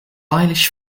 irish